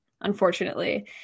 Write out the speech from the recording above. unfortunately